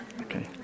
Okay